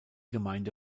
gemeinde